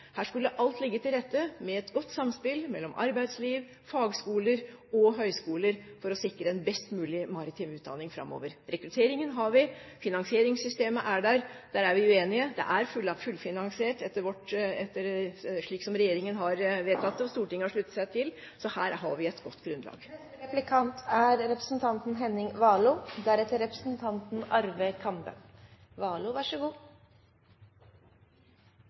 Her skulle alt ligge til rette for et godt samspill mellom arbeidsliv, fagskoler og høyskoler for å sikre en best mulig maritim utdanning framover. Rekrutteringen har vi. Finansieringssystemet er der – der er vi uenige. Det er fullfinansiert, slik regjeringen har foreslått og Stortinget har sluttet seg til og vedtatt, så her har vi et godt grunnlag. Når det gjelder fagskolefinansieringen, som Høyre også har tatt opp i spørsmål tidligere, er